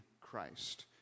Christ